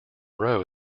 row